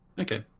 Okay